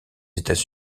états